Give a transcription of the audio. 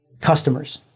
customers